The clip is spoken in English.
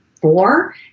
four